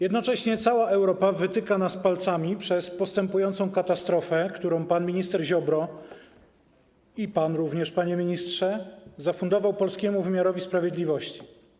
Jednocześnie cała Europa wytyka nas palcami przez postępującą katastrofę, którą pan minister Ziobro - pan również, panie ministrze - zafundował polskiemu wymiarowi sprawiedliwości.